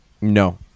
No